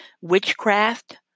witchcraft